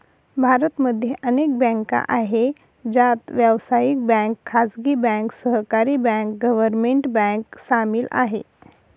भारत मध्ये अनेक बँका आहे, ज्यात व्यावसायिक बँक, खाजगी बँक, सहकारी बँक, गव्हर्मेंट बँक सामील आहे